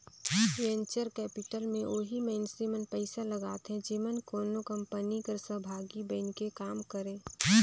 venture capital में ओही मइनसे मन पइसा लगाथें जेमन कोनो कंपनी कर सहभागी बइन के काम करें